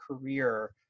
career